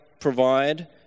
provide